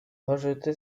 rejeté